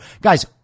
guys